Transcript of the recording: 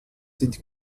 sind